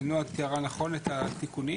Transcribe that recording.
נעה תיארה נכון את התיקונים.